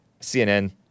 CNN